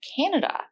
Canada